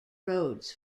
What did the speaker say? roads